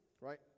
right